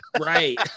Right